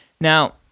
Now